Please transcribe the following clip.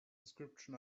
description